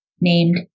named